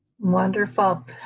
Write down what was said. Wonderful